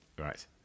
Right